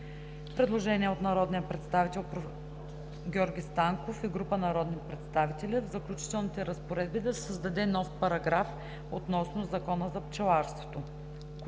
Предложение на народния представител Георги Станков и група народни представители: „В Заключителните разпоредби да се създаде нов параграф относно Закона за пчеларството.“